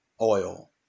Oil